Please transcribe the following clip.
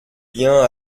bien